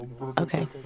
Okay